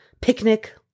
picnic